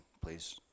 please